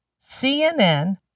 CNN